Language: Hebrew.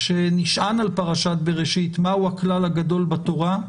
שנשען על פרשת בראשית מהו הכלל הגדול בתורה.